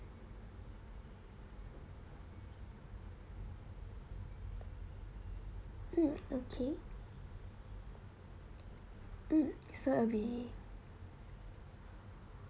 mm okay mm so will be